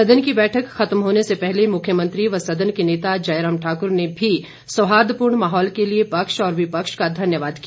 सदन की बैठक खत्म होने से पहले मुख्यमंत्री व सदन के नेता जयराम ठाकुर ने भी सौहार्दपूर्ण माहौल के लिए पक्ष और विपक्ष का धन्यवाद किया